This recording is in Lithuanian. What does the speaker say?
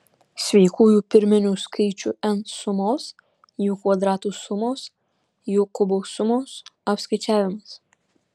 sveikųjų pirminių skaičių n sumos jų kvadratų sumos jų kubų sumos apskaičiavimas